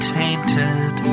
tainted